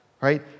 Right